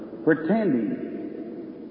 Pretending